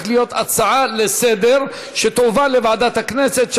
להיות הצעה לסדר-היום שתועבר לוועדת הכנסת,